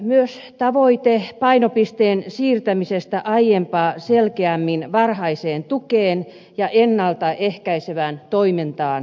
myös tavoite painopisteen siirtämisestä aiempaa selkeämmin varhaiseen tukeen ja ennalta ehkäisevään toimintaan on hyvä